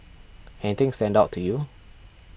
anything stand out to you